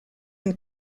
and